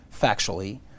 factually